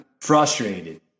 frustrated